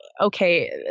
okay